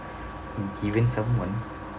given someone